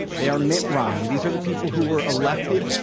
they are mitt romney. these are the people who were elected,